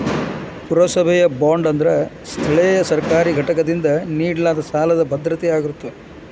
ಪುರಸಭೆಯ ಬಾಂಡ್ ಅಂದ್ರ ಸ್ಥಳೇಯ ಸರ್ಕಾರಿ ಘಟಕದಿಂದ ನೇಡಲಾದ ಸಾಲದ್ ಭದ್ರತೆಯಾಗಿರತ್ತ